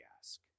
ask